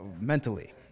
mentally